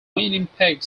winnipeg